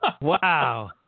Wow